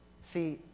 See